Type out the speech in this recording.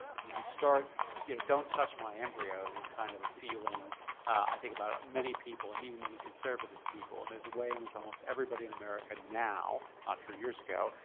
it's when you start you know. don't touch my embryos it's kind of a feeling i think about. many people and even many conservative people and there's a way in which almost everybody in america now, not true years ago,